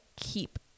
keep